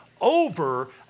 over